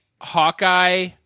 Hawkeye